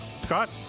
Scott